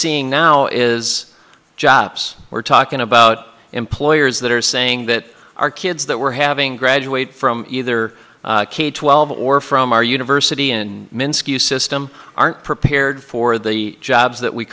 seeing now is jobs we're talking about employers that are saying that our kids that we're having graduate from either k twelve or from our university in minsk you system aren't prepared for the jobs that we